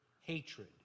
hatred